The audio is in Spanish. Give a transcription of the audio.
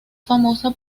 famosa